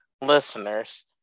listeners